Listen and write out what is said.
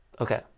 okay